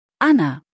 Anna